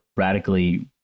radically